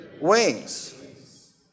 wings